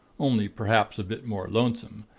only perhaps a bit more lonesome.